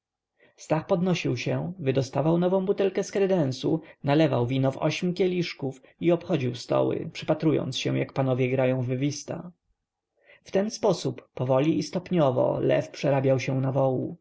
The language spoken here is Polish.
stach podnosił się wydostawał nową butelkę z kredensu nalewał wino w ośm kieliszków i obchodził stoły przypatrując się jak panowie grają w wista w ten sposób powoli i stopniowo lew przerabiał się na